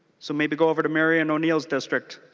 so maybe go over to mary and o'neil's district.